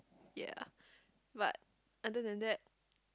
yeah but other than that